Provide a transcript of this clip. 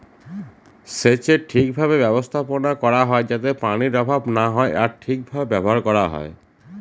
সেচের ঠিক ভাবে ব্যবস্থাপনা করা হয় যাতে পানির অভাব না হয় আর তা ঠিক ভাবে ব্যবহার করা হয়